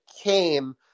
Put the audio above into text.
came